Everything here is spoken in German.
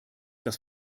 das